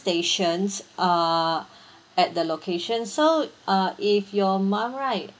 stations err at the location so uh if your mum right